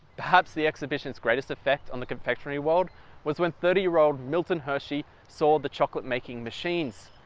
perhaps the exposition greatest effect on the confectionery world was when thirty year old milton hershey saw the chocolate making machines.